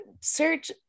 search